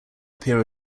appear